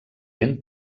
ben